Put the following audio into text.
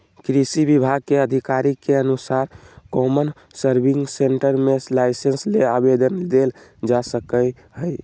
कृषि विभाग के अधिकारी के अनुसार कौमन सर्विस सेंटर मे लाइसेंस ले आवेदन देल जा सकई हई